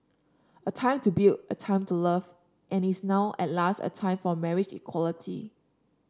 a time to build a time to love and is now at last a time for marriage equality